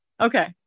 okay